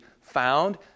found